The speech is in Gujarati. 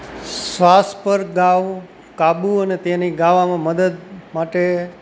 શ્વાસ પર ગાવ કાબૂ અને તેની ગાવામાં મદદ માટે